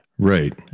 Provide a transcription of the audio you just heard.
Right